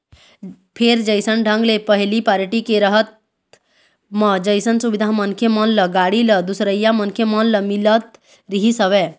फेर जइसन ढंग ले पहिली पारटी के रहत म जइसन सुबिधा मनखे मन ल, गाड़ी ल, दूसरइया मनखे मन ल मिलत रिहिस हवय